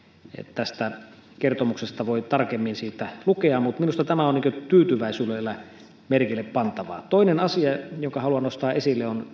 tästä kertomuksesta voi tarkemmin siitä lukea mutta minusta tämä on tyytyväisyydellä merkille pantavaa toinen asia jonka haluan nostaa esille on